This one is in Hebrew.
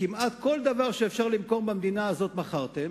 כמעט כל דבר שאפשר למכור במדינה הזאת מכרתם.